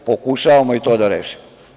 Pokušavamo i to da rešimo.